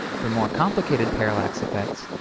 for more complicated parallax effects,